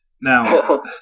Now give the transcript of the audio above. Now